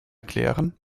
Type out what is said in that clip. klären